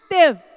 active